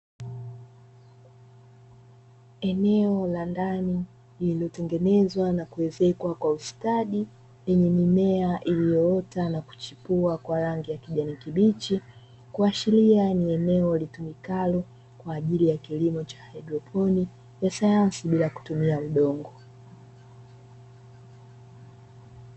Eneo la ndani lililotengenezwa na kuezekwa kwa ustadi lenye mimea iliyoota na kuchipua kwa rangi ya kijani kibichi, kuashiria ni eneo litumikalo kwa ajili ya kilimo cha hydroponi ya sayansi bila kutumia udongo.